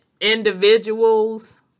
individuals